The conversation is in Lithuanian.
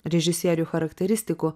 režisierių charakteristikų